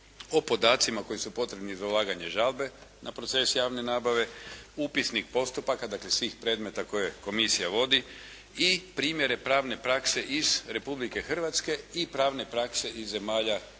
o podacima koji su potrebni za ulaganje žalbe na proces javne nabave, upisnik postupaka, dakle, svih predmeta koje Komisija vodi. I primjere pravne prakse iz Republike Hrvatske i pravne prakse iz zemalja Europske